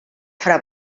fra